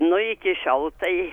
nu iki šiol tai